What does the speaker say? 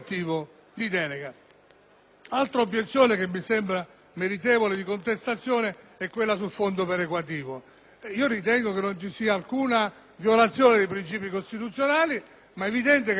Altra obiezione che mi sembra meritevole di contestazione è quella sul fondo perequativo: ritengo che non vi sia alcuna violazione dei principi costituzionali, ma è evidente che il fondo perequativo ordinario,